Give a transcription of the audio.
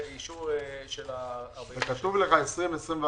16-98-20. בבקשה.